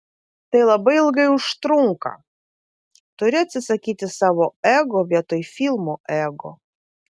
tai labai ilgai užtrunka turi atsisakyti savo ego vietoj filmo ego